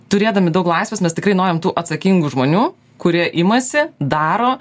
turėdami daug laisvės mes tikrai norim tų atsakingų žmonių kurie imasi daro